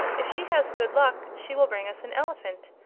if she has good luck she will bring us an elephant,